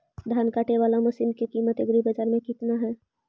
धान काटे बाला मशिन के किमत एग्रीबाजार मे कितना है?